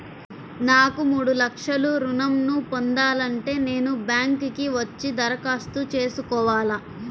నాకు మూడు లక్షలు ఋణం ను పొందాలంటే నేను బ్యాంక్కి వచ్చి దరఖాస్తు చేసుకోవాలా?